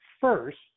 first